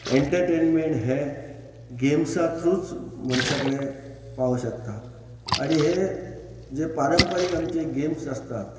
entertainment हे गेम्सा थ्रूच मनशा कडेन पावू शकता आनी हे जे पारंपारीक आमचे गेम्स आसतात